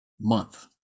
month